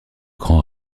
grand